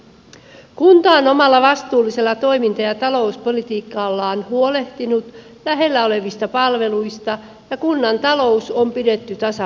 kunta on omalla vastuullisella toiminta ja talouspolitiikallaan huolehtinut lähellä olevista palveluista ja kunnan talous on pidetty tasapainossa